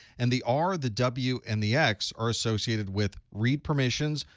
and the r, the w, and the x are associated with read permissions,